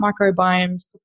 microbiome's